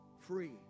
Free